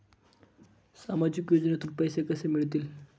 सामाजिक योजनेतून पैसे कसे मिळतील?